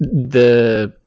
the